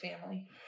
family